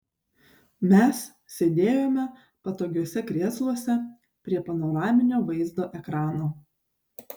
mes sėdėjome patogiuose krėsluose prie panoraminio vaizdo ekrano